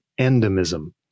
endemism